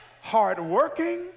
hardworking